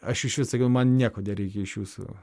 aš išvis sakiau man nieko nereikia iš jūsų